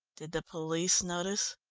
did the police notice?